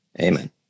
Amen